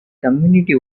community